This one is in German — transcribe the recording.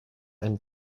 ein